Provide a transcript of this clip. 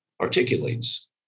articulates